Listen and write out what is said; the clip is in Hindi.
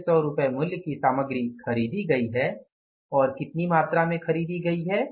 27600 रुपये मूल्य की सामग्री खरीदी गई है और कितनी मात्रा में खरीदी गई है